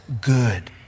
good